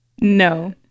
No